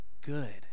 good